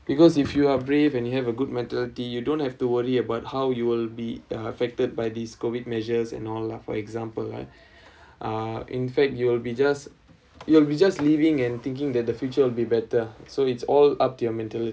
because if you are brave and you have a good mentality you don't have to worry about how you will be uh affected by these COVID measures and all lah for example ah uh in fact you'll be just you'll be just living and thinking that the future would be better so it's all up to your mentality